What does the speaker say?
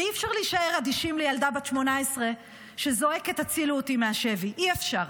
אי-אפשר להישאר אדישים לילדה בת 18 שזועקת "הצילו אותי מהשבי" אי-אפשר.